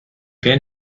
been